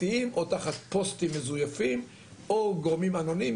אם זה תחת פרצופים אמיתיים או תחת פוסטים מזויפים או גורמים אנונימיים,